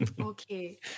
Okay